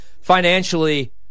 financially